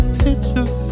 picture